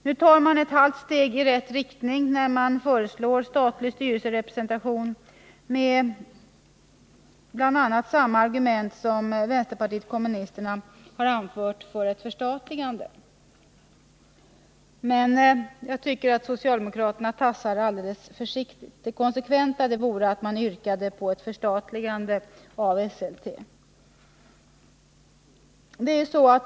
Nu tar man ett halvt steg i rätt riktning när man föreslår statlig styrelserepresentation med bl.a. samma argument som vänsterpartiet kommunisterna har anfört för ett förstatligande, men jag tycker att socialdemokraterna tassar alldeles för försiktigt. Det konsekventa hade varit att yrka på ett förstatligande av Esselte.